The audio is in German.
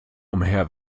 umher